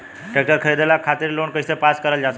Tractor खरीदे खातीर loan कइसे पास करल जा सकेला?